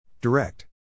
Direct